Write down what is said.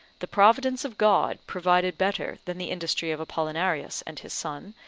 the providence of god provided better than the industry of apollinarius and his son,